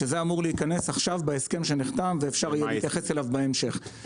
שזה אמור להיכנס עכשיו בהסכם שנחתם ואפשר יהיה להתייחס אליו בהמשך.